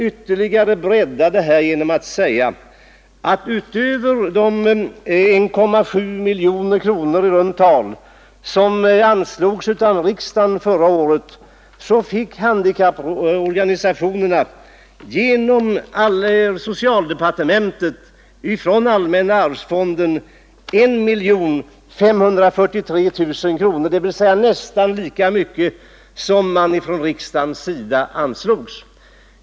Utöver de 1,7 miljoner kronor som anslogs av riksdagen förra året fick handikapporganisationerna genom socialdepartementet från allmänna arvsfonden 1 543 000 kronor, dvs. nästan lika mycket som riksdagen anslog.